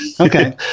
Okay